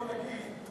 בוא נגיד,